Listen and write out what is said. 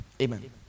Amen